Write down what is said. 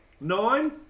Nine